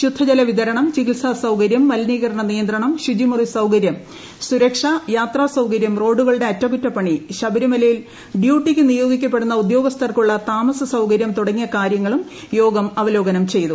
ശുദ്ധജല വിതരണം ചികിത്സാ സൌകര്യം മലിനീകരണ നിയന്ത്രണം ശുചിമുറി സൌകര്യം സൂരക്ഷ യാത്രാ സൌകര്യം റോഡുകളുടെ അറ്റകുറ്റപ്പണി ശബരിമലയിൽ ഡ്യൂട്ടിക്ക് നിയോഗിക്കപ്പെടുന്ന ഉദ്യോഗസ്ഥർക്കുള്ള താമസ സൌകര്യം തുടങ്ങിയ കാര്യങ്ങളും യോഗം അവലോകനം ചെയ്തു